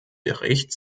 bericht